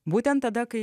būtent tada kai